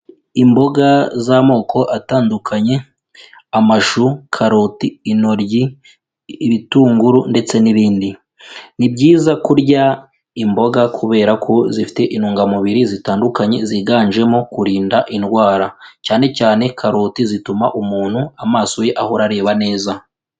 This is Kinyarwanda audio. Imboga z'amoko atandukanye: amashu, karoti, intoryi, ibitunguru ndetse n'ibindi. Ni byiza kurya imboga kubera ko zifite intungamubiri zitandukanye ziganjemo kurinda indwara, cyane cyane karoti zituma umuntu amaso ye ahora areba neza.